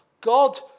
God